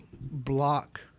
block